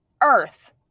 earth